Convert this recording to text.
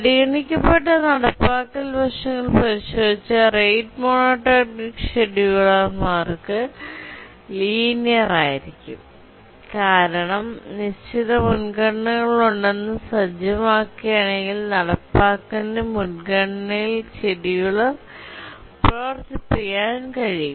പരിഗണിക്കപ്പെട്ട നടപ്പാക്കൽ വശങ്ങൾ പരിശോധിച്ചാൽ റേറ്റ് മോണോടോണിക് ഷെഡ്യൂളർമാർക്ക് ലീനിയർ ആയിരിക്കും കാരണം നിശ്ചിത മുൻഗണനകളുണ്ടെന്ന് സജ്ജമാക്കുകയാണെങ്കിൽ നടപ്പിലാക്കലിന് O മുൻഗണനയിൽ ഷെഡ്യൂളർ പ്രവർത്തിപ്പിക്കാൻ കഴിയും